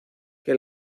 que